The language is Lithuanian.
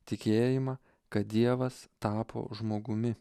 tikėjimą kad dievas tapo žmogumi